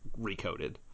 recoded